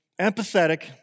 empathetic